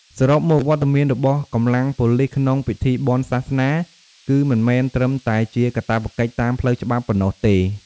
សរុបមក វត្តមានរបស់កម្លាំងប៉ូលិសក្នុងពិធីបុណ្យសាសនា គឺមិនមែនត្រឹមតែជាកាតព្វកិច្ចតាមផ្លូវច្បាប់ប៉ុណ្ណោះទេ។